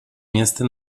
места